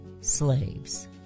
slaves